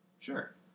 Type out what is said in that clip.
Sure